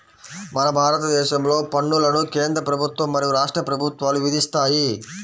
మన భారతదేశంలో పన్నులను కేంద్ర ప్రభుత్వం మరియు రాష్ట్ర ప్రభుత్వాలు విధిస్తాయి